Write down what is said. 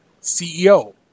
CEO